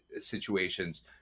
situations